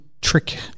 trick